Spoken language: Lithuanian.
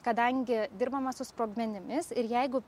kadangi dirbama su sprogmenimis ir jeigu